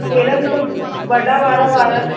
कहिड़ा जेका वॾा वारा वारा